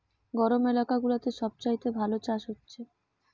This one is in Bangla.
গরম এলাকা গুলাতে সব চাইতে ভালো চাষ হচ্ছে